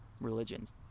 religions